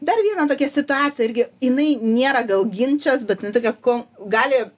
dar viena tokia situacija irgi jinai nėra gal ginčas bet jinai tokia ko gali